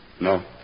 No